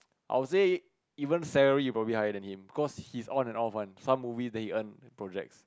I will say even salary you probably higher than him because he's on and off one some movies then he earn projects